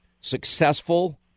successful